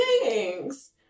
Thanks